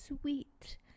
sweet